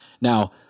Now